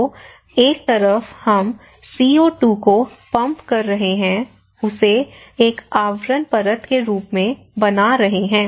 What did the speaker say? तो एक तरफ हम सीओ2 को पंप कर रहे हैं इसे एक आवरण परत के रूप में बना रहे हैं